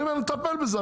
אני אומר נטפל בזה,